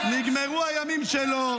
נגמרו הימים שלו.